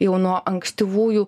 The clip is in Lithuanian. jau nuo ankstyvųjų